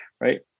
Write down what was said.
right